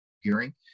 hearing